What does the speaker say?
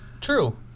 true